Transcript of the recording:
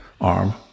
arm